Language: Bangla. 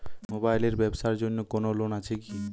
মোবাইল এর ব্যাবসার জন্য কোন লোন আছে কি?